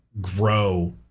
grow